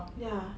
ya